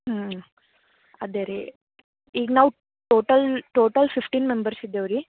ಹ್ಞೂ ಅದೇ ರೀ ಈಗ ನಾವು ಟೋಟೆಲ್ ಟೋಟೆಲ್ ಫಿಫ್ಟೀನ್ ಮೆಂಬರ್ಸ್ ಇದ್ದೇವೆ ರೀ